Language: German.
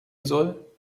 soll